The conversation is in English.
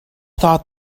thought